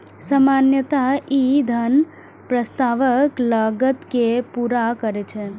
सामान्यतः ई धन प्रस्तावक लागत कें पूरा करै छै